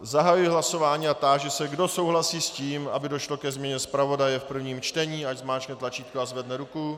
Zahajuji hlasování a táži se, kdo souhlasí s tím, aby došlo ke změně zpravodaje v prvním čtení, ať zmáčkne tlačítko a zvedne ruku.